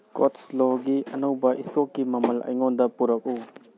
ꯀꯣꯠꯁꯂꯣꯒꯤ ꯑꯅꯧꯕ ꯏꯁꯇꯣꯛꯀꯤ ꯃꯃꯜ ꯑꯩꯉꯣꯟꯗ ꯄꯨꯔꯛꯎ